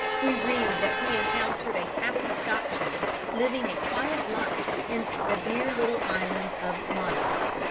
we read that he encountered a happy scotchman living a quiet life in the dear little island of monos.